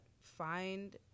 find